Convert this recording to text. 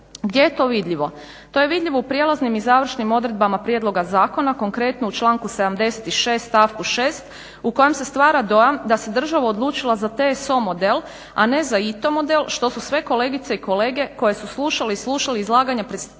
Gdje je to vidljivo? To je vidljivo u prijelaznim i završnim odredbama prijedloga zakona konkretno u članku 76.stavku 6.u kojem se stvara dojam da se država odlučila za TSO model a ne za ITO model što su sve kolegice i kolege koje su slušale i slušali izlaganje predstavnika